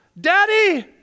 Daddy